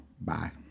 Bye